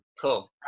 Cool